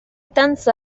تنس